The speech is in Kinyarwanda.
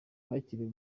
bakiriwe